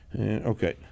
okay